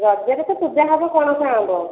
ରଜରେ ତ ପୂଜା ହେବ ପଣସ ଆମ୍ବ